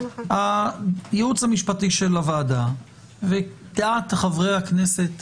הייעוץ המשפטי של הוועדה ודעת חברי הכנסת,